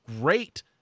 great